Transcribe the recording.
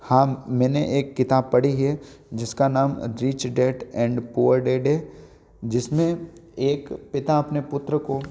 हाँ मैंने एक किताब पढ़ी है जिसका नाम rich dad and poor dad है जिसमें एक पिता अपने पुत्र को